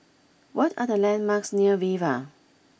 what are the landmarks near Viva